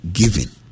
giving